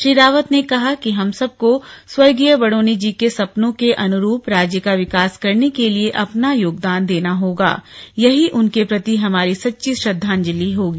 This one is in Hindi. श्री रावत ने कहा कि हम सबको स्वर्गीय बडोनी जी के सपनों के अनुरूप राज्य का विकास करने के लिए अपनायोगदान देना होगा यही उनके प्रति हमारी सच्ची श्रद्धांजलि होगी